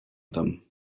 them